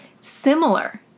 Similar